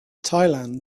thailand